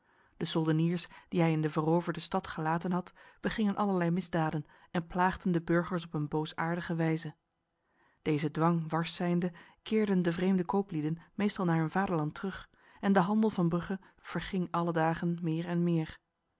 de soldeniers die hij in de veroverde stad gelaten had begingen allerlei misdaden en plaagden de burgers op een boosaardige wijze deze dwang wars zijnde keerden de vreemde kooplieden meestal naar hun vaderland terug en de handel van brugge verging alle dagen meer en meer